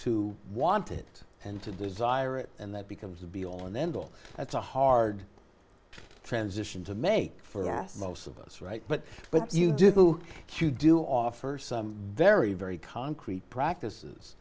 to want it and to desire it and that becomes the be all and end all that's a hard transition to make for most of us right but but you do q do offer some very very concrete practices